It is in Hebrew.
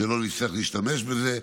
שלא נצטרך להשתמש בזה.